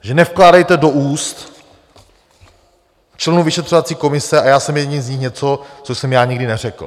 Takže nevkládejte do úst členům vyšetřovací komise a já jsem jedním z nich něco, co jsem já nikdy neřekl.